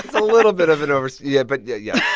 a little bit of an over yeah, but yeah yeah,